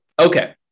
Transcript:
okay